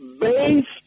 based